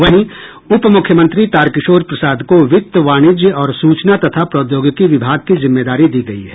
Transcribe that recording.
वहीं उप मुख्यमंत्री तार किशोर प्रसाद को वित्त वाणिज्य और सूचना तथा प्रौद्योगिकी विभाग की जिम्मेदारी दी गयी है